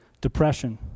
Depression